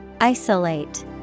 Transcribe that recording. Isolate